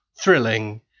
thrilling